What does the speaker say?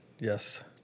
Yes